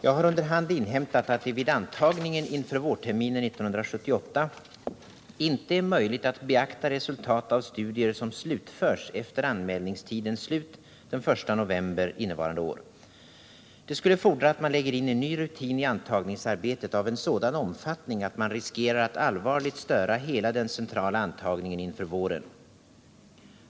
Jag har under hand inhämtat att det vid antagningen inför vårterminen 1978 inte är möjligt att beakta resultat av studier som slutförs efter anmälningstidens slut den 1 november innevarande år. Det skulle fordra att man lägger in en ny rutin i antagningsarbetet av en sådan omfattning att man riskerar att allvarligt störa hela den centrala antagningen inför våren.